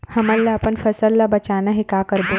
हमन ला अपन फसल ला बचाना हे का करबो?